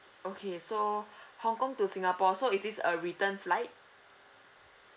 okay so hong kong to singapore so is this a return flight